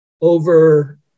over